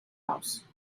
house